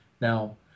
Now